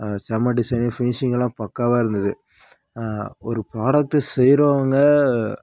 செம்மை டிசைனு ஃபினிஷிங்கெல்லாம் பக்காவாக இருந்தது ஒரு ப்ராடக்ட்டு செய்கிறவங்க